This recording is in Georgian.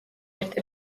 ერთ